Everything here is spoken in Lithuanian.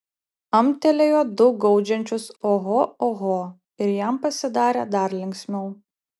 amtelėjo du gaudžiančius oho oho ir jam pasidarė dar linksmiau